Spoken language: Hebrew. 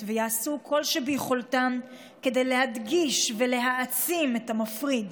ויעשו כל שביכולתם כדי להדגיש ולהעצים את המפריד.